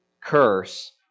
curse